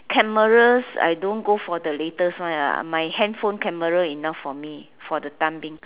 cameras I don't go for the latest ones my handphone camera enough for me for the time being